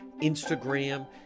instagram